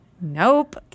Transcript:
Nope